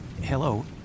hello